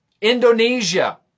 Indonesia